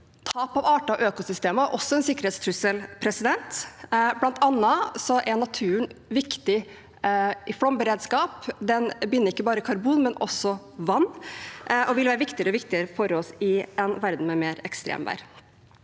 Tap av arter og økosystem er også en sikkerhetstrussel. Blant annet er naturen viktig i flomberedskap – den binder ikke bare karbon, men også vann – og den vil være viktigere og viktigere for oss i en verden med mer ekstremvær.